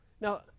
Now